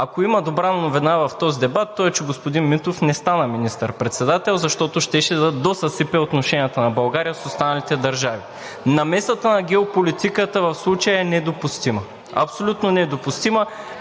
Ако има добра новина в този дебат, тя е, че господин Митов не стана министър-председател, защото щеше да досъсипе отношенията на България с останалите държави. Намесата на геополитиката в случая е недопустима, абсолютно недопустима.